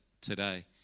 today